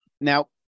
Now